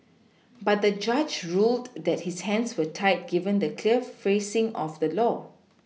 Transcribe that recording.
but the judge ruled that his hands were tied given the clear phrasing of the law